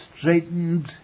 straightened